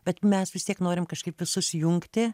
bet mes vis tiek norim kažkaip visus jungti